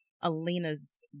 Alina's